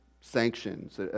sanctions